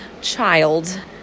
child